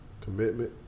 commitment